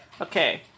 Okay